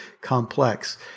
complex